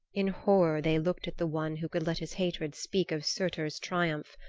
in horror they looked at the one who could let his hatred speak of surtur's triumph.